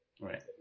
Right